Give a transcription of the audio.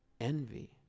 envy